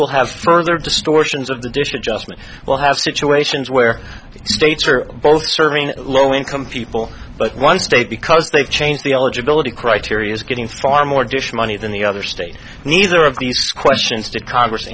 will have further distortions of the dish adjustment will have situations where states are both serving low income people but one state because they've changed the eligibility criteria is getting far more dish money than the other state neither of these questions to congress